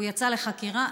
הוא יצא לחקירה,